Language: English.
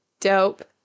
Dope